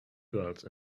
girls